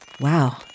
Wow